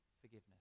forgiveness